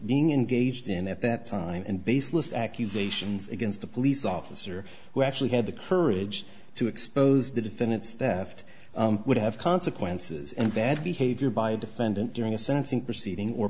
being engaged in at that time and baseless accusations against the police officer who actually had the courage to expose the defendants that would have consequences in bad behavior by the defendant during the sentencing proceeding or